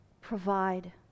provide